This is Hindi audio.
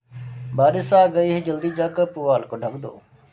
बारिश आ गई जल्दी जाकर पुआल को ढक दो